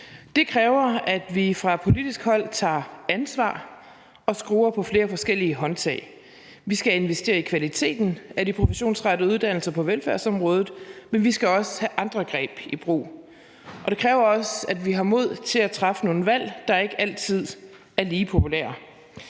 Det kræver, at vi fra politisk hold tager ansvar og skruer på flere forskellige håndtag. Vi skal investere i kvaliteten af de professionsrettede uddannelser på velfærdsområdet, men vi skal også have andre greb i brug. Det kræver også, at vi har mod til at træffe nogle valg, der ikke altid er lige populære.